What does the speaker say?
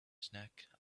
snack